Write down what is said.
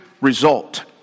result